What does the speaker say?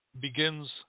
begins